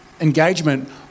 engagement